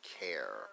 care